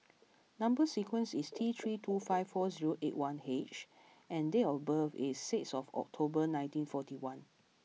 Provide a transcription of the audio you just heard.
number sequence is T three two five four zero eight one H and date of birth is six of October nineteen forty one